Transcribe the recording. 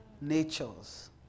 natures